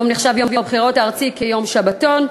כיום נחשב יום הבחירות הארצי יום שבתון,